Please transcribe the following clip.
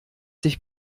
sich